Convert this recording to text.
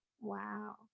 wow